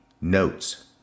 notes